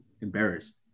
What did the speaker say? embarrassed